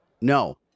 No